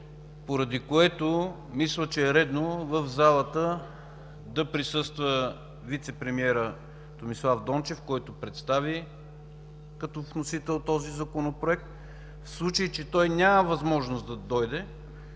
поради което мисля, че е редно в залата да присъства вицепремиерът Томислав Дончев, който представи като вносител този Законопроект. В случай, че той няма възможност да дойде,